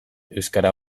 euskara